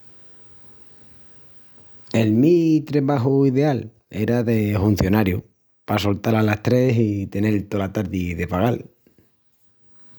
El mi trebaju ideal era de huncionariu pa soltal alas tres i tenel tola tardi de vagal.